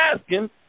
asking